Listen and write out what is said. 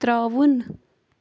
ترٛاوُن